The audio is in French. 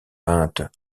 peintes